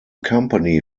company